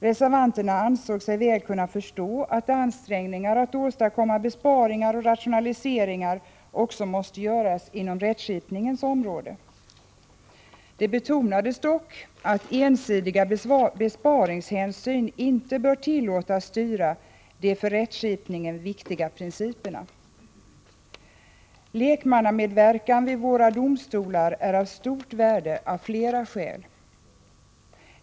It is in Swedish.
Reservanterna ansåg sig väl kunna förstå att ansträngningar att åstadkomma besparingar och rationaliseringar också måste göras inom rättsskipningens område. Det betonades dock att ensidiga besparingshänsyn inte bör tillåtas styra de för rättsskipningen viktiga principerna. Lekmannamedverkan vid våra domstolar är av stort värde av flera skäl.